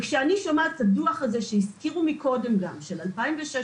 כשאני שומעת את הדו"ח שהזכירו קודם מ-2016,